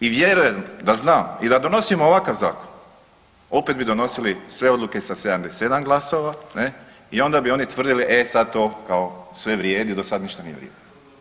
I vjerujem da zna i da donosimo ovakav zakon opet bi donosili sve odluke sa 77 glasova ne i onda bi oni tvrdili e sad to kao sve vrijedi do sada ništa nije vrijedilo.